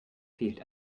fehlt